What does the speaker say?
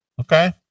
Okay